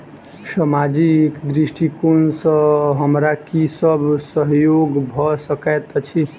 सामाजिक दृष्टिकोण सँ हमरा की सब सहयोग भऽ सकैत अछि?